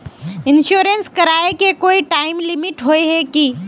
Insurance कराए के कोई टाइम लिमिट होय है की?